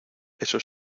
eso